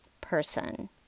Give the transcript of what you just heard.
person